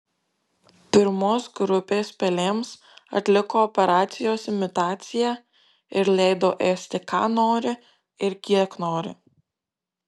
pirmos grupės pelėms atliko operacijos imitaciją ir leido ėsti ką nori ir kiek nori